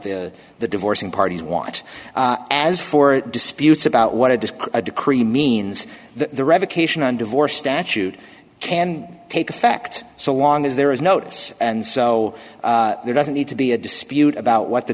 the the divorcing parties want as for disputes about what it is a decree means that the revocation on divorce statute can take effect so long as there is notice and so there doesn't need to be a dispute about what the